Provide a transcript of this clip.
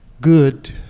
good